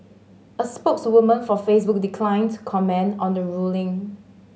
a spokeswoman for Facebook declined to comment on the ruling